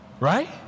Right